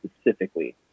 specifically